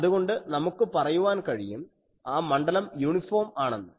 അതുകൊണ്ട് നമുക്ക് പറയുവാൻ കഴിയും ആ മണ്ഡലം യൂണിഫോം ആണെന്ന്